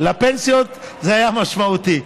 לפנסיות זה היה משמעותי,